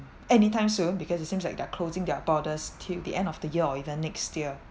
anytime soon because it seems like they're closing their borders till the end of the year or even next year